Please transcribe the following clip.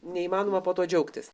neįmanoma po to džiaugtis